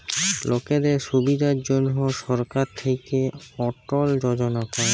লকদের সুবিধার জনহ সরকার থাক্যে অটল যজলা পায়